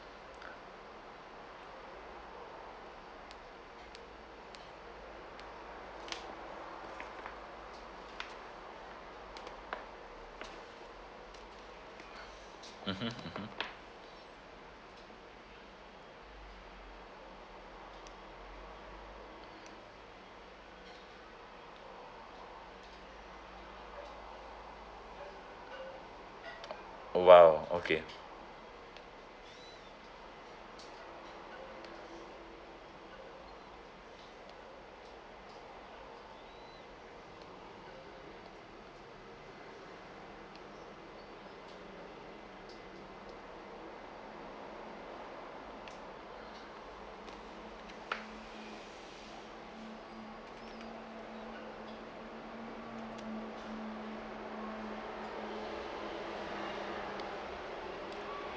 mmhmm mmhmm oh !wow! okay